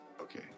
okay